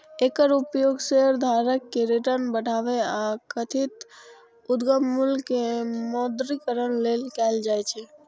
एकर उपयोग शेयरधारक के रिटर्न बढ़ाबै आ कथित उद्यम मूल्य के मौद्रीकरण लेल कैल जाइ छै